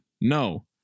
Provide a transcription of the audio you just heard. No